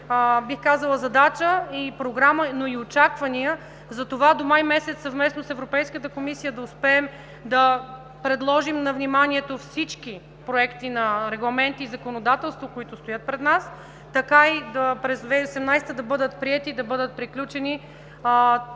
бих казала, програма, но и очаквания до май месец съвместно с Европейската комисия да успеем да предложим на вниманието всички проекти на регламенти и законодателство, които стоят пред нас. Така и през 2018 г. да бъдат приети, да бъдат приключени